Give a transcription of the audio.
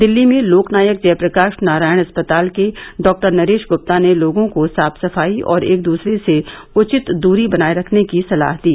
दिल्ली में लोकनायक जय प्रकाश नारायण अस्पताल के डॉक्टर नरेश गुप्ता ने लोगों को साफ सफाई और एक दूसरे से उचित दूरी बनाये रखने की सलाह दी